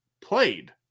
played